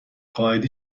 قائدی